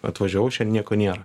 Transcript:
atvažiavau čia nieko nėra